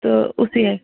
تہٕ